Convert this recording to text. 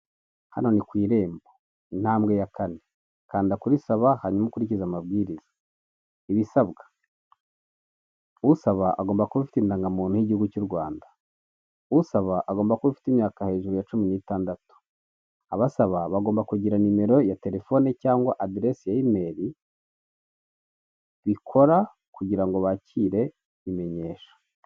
Hano ni kw’irembo intambwe ya kane kanda kuri saba hanyuma ukurikize amabwiriza ibisabwa usaba agomba kuba afite indangamuntu y'igihugu cy'u Rwanda, usaba agomba kuba afite imyaka hejuru ya cumi n'itandatu, abasaba bagomba kugira nimero ya telefoni cyangwa aderessi ya imeri bikora kugira ngo bakire imenyesha.